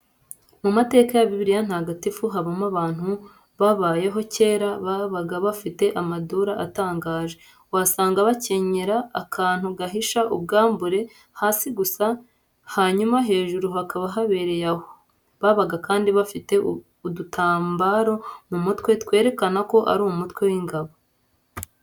Mu mateka ya Bibiliya ntagatifu habamo abantu babayeho kera babaga bafite amadura atangaje, wasangaga bakenyera akantu gahisha ubwambure hasi gusa hanyuma hejuru hakaba habereye aho, babaga kandi bafite udutambaro mu mutwe twerekana ko ari umutwe w'ingabo.